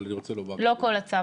אבל אני רוצה לומר --- לא כל הצו,